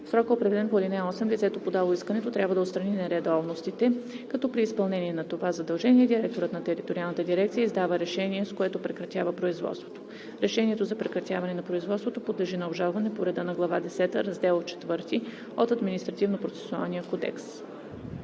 срока, определен по ал. 8, лицето, подало искането, трябва да отстрани нередовностите, като при неизпълнение на това задължение директорът на териториалната дирекция издава решение, с което прекратява производството. Решението за прекратяване на производството подлежи на обжалване по реда на глава десета, раздел IV от Административнопроцесуалния кодекс.